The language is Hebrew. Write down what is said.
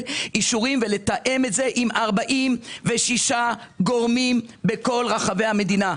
אישורים לתאם את זה עם 46 גורמים בכל רחבי המדינה.